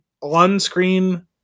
on-screen